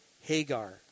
Hagar